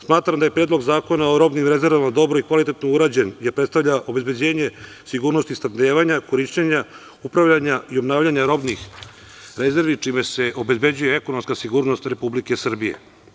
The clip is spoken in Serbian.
Smatram, da je Predlog zakona o robnim rezervama dobro i kvalitetno urađen, jer predstavlja obezbeđenje sigurnosti snabdevanja, korišćenja, upravljanja i obnavljanja robnih rezervi čime se obezbeđuje ekonomska sigurnost Republike Srbije.